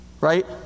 Right